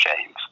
James